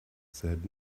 said